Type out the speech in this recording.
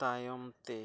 ᱛᱟᱭᱚᱢ ᱛᱮ